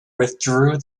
withdrew